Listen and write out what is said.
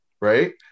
right